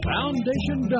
Foundation